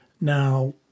Now